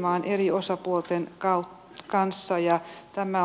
mellan öst och väst